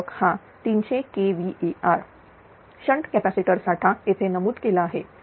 हा 300kVAr shunt capacitor साठा येथे नमूद केला आहे